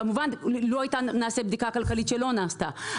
כמובן לו הייתה נעשית בדיקה כלכלית שלא נעשתה,